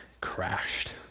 crashed